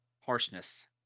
harshness